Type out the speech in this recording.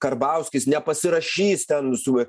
karbauskis nepasirašys ten su